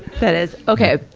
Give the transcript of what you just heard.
that is, okay.